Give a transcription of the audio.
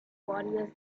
warriors